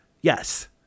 Yes